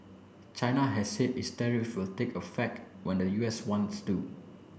china has said its tariffs will take effect when the U S ones do